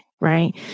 right